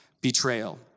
betrayal